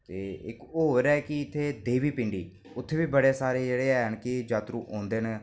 ते इक होर ऐ इत्थै की देवी पिंडी ते उत्थै बी बड़े सारे जेह्के औंदे जात्तरू